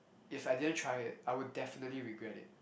if I didn't try it I would definitely regret it